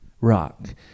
Rock